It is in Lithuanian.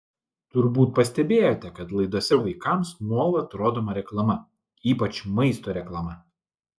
turbūt pastebėjote kad laidose vaikams nuolat rodoma reklama ypač maisto reklama